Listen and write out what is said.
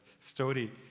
story